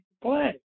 play